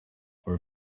for